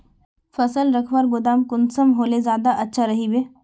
फसल रखवार गोदाम कुंसम होले ज्यादा अच्छा रहिबे?